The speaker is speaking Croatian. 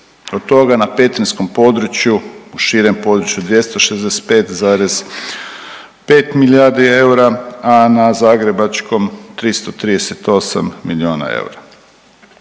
Od toga na petrinjskom području u širem području 265,5 milijardi eura, a na zagrebačkom 338 miliona eura.